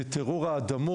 ו- ״טרור האדמות״,